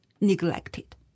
neglected